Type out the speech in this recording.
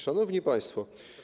Szanowni Państwo!